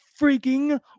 freaking